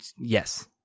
Yes